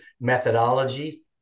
methodology